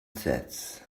sets